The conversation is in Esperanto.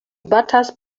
batas